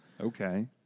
Okay